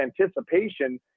anticipation